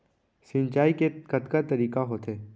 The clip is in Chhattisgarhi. सिंचाई के कतका तरीक़ा होथे?